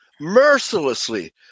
mercilessly